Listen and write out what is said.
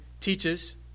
teaches